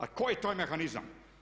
A tko je taj mehanizam?